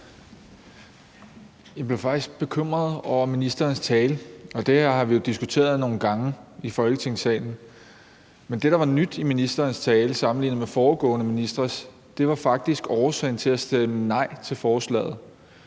blev faktisk bekymret over ministerens tale. Det her har vi jo diskuteret nogle gange i Folketingssalen, men det, der var nyt i ministerens tale sammenlignet med foregående ministres, var faktisk årsagen til at stemme nej til forslaget.